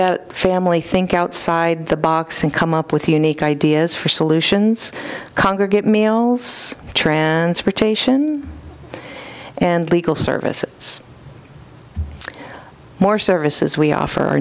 that family think outside the box and come up with unique ideas for solutions congregate meals transportation and legal services more services we offer